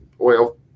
oil